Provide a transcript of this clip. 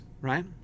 right